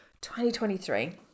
2023